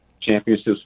championships